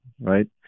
right